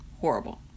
horrible